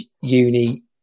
Uni